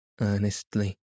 earnestly